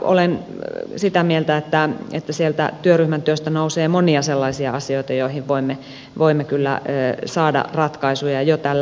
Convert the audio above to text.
olen sitä mieltä että sieltä työryhmän työstä nousee monia sellaisia asioita joihin voimme kyllä saada ratkaisuja jo tällä hallituskaudella